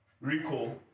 Rico